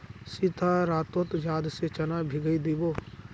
सीता रातोत याद से चना भिगइ दी बो